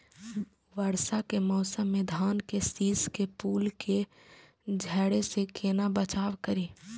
वर्षा के मौसम में धान के शिश के फुल के झड़े से केना बचाव करी?